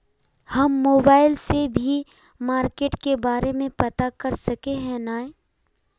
हम मोबाईल से भी मार्केट के बारे में पता कर सके है नय?